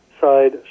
side